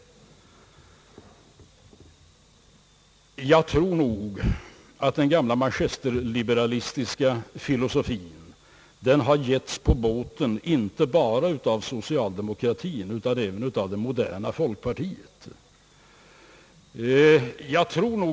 Jag tror nog att den gamla manchesterliberalistiska filosofin har getts på båten inte bara av socialdemokratin utan även av det moderna folkpartiet.